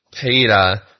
Peter